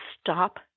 stop